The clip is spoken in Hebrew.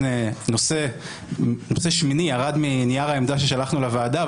נושא שמיני ירד מנייר העמדה ששלחנו לוועדה,